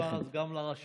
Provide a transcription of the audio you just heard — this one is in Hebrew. אם כבר אז גם לרשמות.